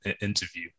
interview